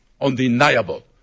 undeniable